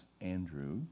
Andrew